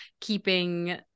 keeping